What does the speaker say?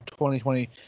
2020